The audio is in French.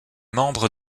membre